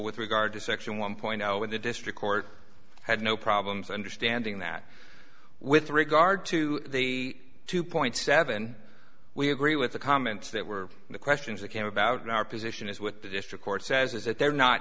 with regard to section one point zero in the district court had no problems understanding that with regard to the two point seven we agree with the comments that were the questions that came about in our position as with the district court says is that they're not